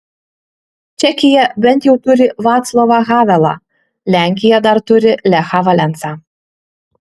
čekija bent jau turi vaclovą havelą lenkija dar turi lechą valensą